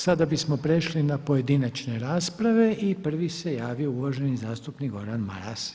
Sada bismo prešli na pojedinačne rasprave i prvi se javio uvaženi zastupnik Gordan Maras.